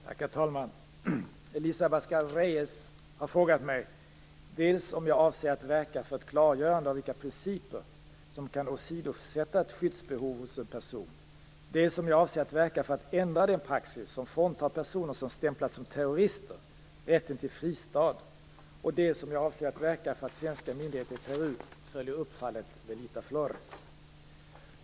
Herr talman! Elisa Abascal Reyes har frågat mig dels om jag avser att verka för ett klargörande av vilka principer som kan åsidosätta ett skyddsbehov hos en person, dels om jag avser att verka för att ändra den praxis som fråntar personer som stämplats som terrorister rätten till fristad och dels om jag avser att verka för att svenska myndigheter i Peru följer upp fallet Velita Flores.